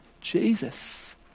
Jesus